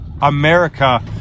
America